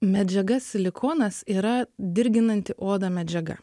medžiaga silikonas yra dirginanti odą medžiaga